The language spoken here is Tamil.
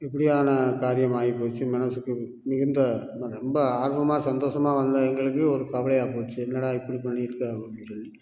இப்படியான காரியம் ஆகிப்போச்சு மனசுக்கு மிகுந்த ஆனால் ரொம்ப ஆர்வமாக சந்தோசமாக வந்த எங்களுக்கு ஒரு கவலையா போய்ச்சு என்னடா இப்படி பண்ணிருக்காங்க அப்படின்னு சொல்லி